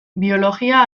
biologia